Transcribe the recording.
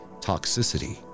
Toxicity